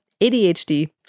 ADHD